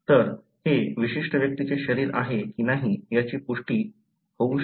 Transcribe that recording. तर हे विशिष्ट व्यक्तीचे शरीर आहे की नाही याची पुष्टी होऊ शकते का